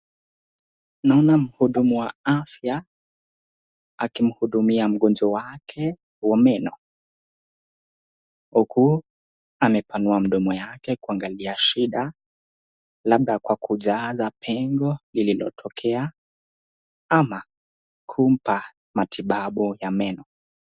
Naona mhudumu wa afya akimhudumia mgonjwa wake wa meno, huku amepanua mdomo yake kuangalia shida. Labda kwa kujaza pengo ililotokea ama kumpa matibabu ya meno.